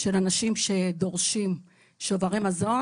של אנשים שדורשים שוברי מזון.